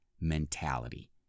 mentality